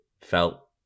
felt